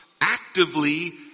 actively